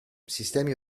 sistemi